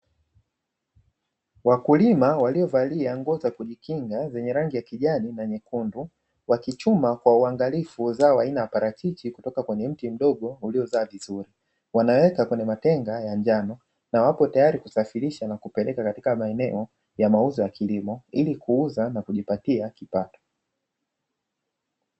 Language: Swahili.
Wakulima waliovalia nguo za kujikinga zenye rangi ya kijani na nyekundu, wakichuma kwa uangalifu zao la aina ya parachichi kutoka kwenye mti mdogo uliozaa vizuri, wanayaweka kwenye matenga ya njano na wapo tayari kusafirisha na kupeleka katika maeneo ya masoko ili kuuza na kujipatia kipato.